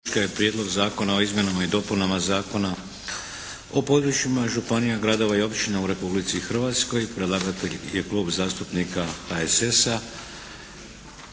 Prijedlog zakona o izmjeni i dopuni Zakona o područjima županija, gradova i općina u Republici Hrvatskoj. Predlagatelj je Klub zastupnika HSS-a.